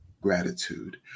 gratitude